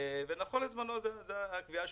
בזמנו זו הייתה הקביעה.